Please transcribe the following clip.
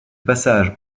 passage